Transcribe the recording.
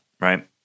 Right